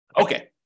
Okay